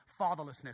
fatherlessness